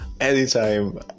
Anytime